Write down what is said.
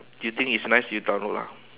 if you think it's nice you download lah